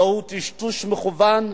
"זהו טשטוש מכוון,